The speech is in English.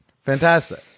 Fantastic